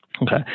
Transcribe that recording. Okay